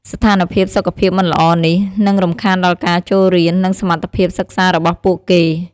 ស្ថានភាពសុខភាពមិនល្អនេះ នឹងរំខានដល់ការចូលរៀន និងសមត្ថភាពសិក្សារបស់ពួកគេ។